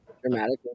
dramatically